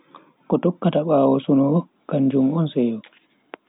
Ko tokkata bawo suno kanjum on seyo.